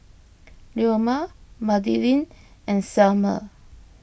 Leoma Madilyn and Selmer